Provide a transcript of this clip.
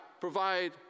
provide